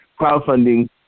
crowdfunding